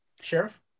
Sheriff